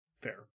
Fair